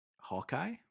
Hawkeye